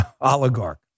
oligarch